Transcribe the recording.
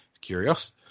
curious